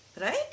Right